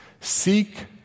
seek